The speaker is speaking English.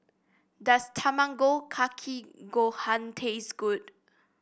does Tamago Kake Gohan taste good